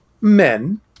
men